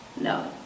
no